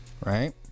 Right